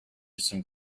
some